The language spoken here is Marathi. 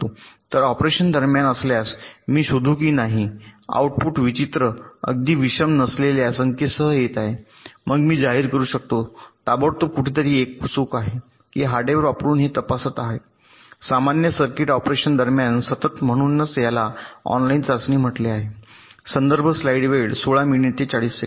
तर ऑपरेशन दरम्यान असल्यास मी शोधू की काही आउटपुट विचित्र अगदी विषम नसलेल्या संख्येसह येत आहेत मग मी जाहीर करू शकतो ताबडतोब कुठेतरी एक चूक आहे की हार्डवेअर वापरून हे तपासत आहे सामान्य सर्किट ऑपरेशन दरम्यान सतत म्हणूनच याला ऑनलाइन चाचणी म्हटले जाते